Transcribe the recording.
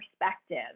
perspective